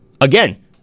Again